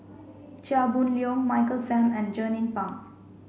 Chia Boon Leong Michael Fam and Jernnine Pang